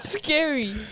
Scary